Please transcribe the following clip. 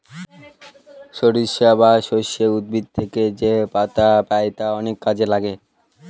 সরিষা বা সর্ষে উদ্ভিদ থেকে যেপাতা পাই তা অনেক কাজে লাগে